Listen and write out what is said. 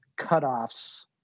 cutoffs